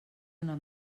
una